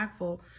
impactful